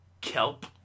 Kelp